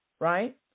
right